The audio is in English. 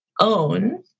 own